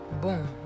Boom